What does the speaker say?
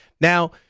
Now